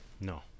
No